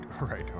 right